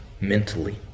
mentally